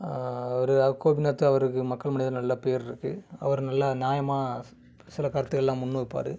அவர் கோபிநாத் அவருக்கு மக்கள் முன்னிலையில நல்ல பேர் இருக்குது அவர் நல்ல நியாயமாக சி சில கருத்துக்கள்லாம் முன் வைப்பார்